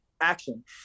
action